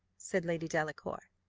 said lady delacour.